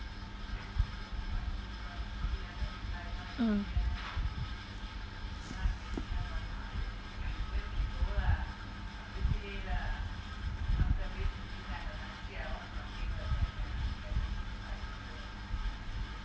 mm